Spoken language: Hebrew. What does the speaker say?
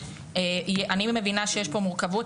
אני מבינה שיש פה מורכבות,